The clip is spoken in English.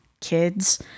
kids